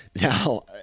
Now